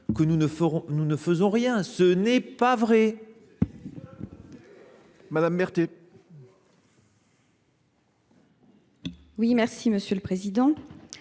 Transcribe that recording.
que nous ne faisons rien. Ce n’est pas vrai.